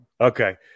Okay